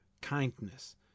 kindness